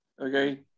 okay